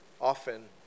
often